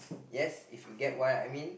yes if you get what I mean